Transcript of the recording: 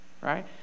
Right